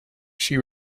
she